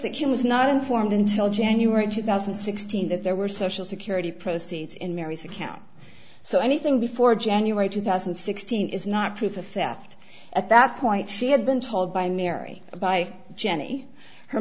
that she was not informed until january two thousand and sixteen that there were social security proceeds in mary's account so anything before january two thousand and sixteen is not proof of theft at that point she had been told by mary by jenny her